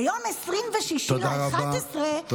ביום 26 בנובמבר פורסמה הצעת התקציב,